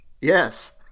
Yes